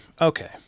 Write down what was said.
okay